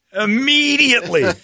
Immediately